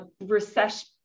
recession